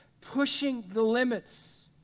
pushing-the-limits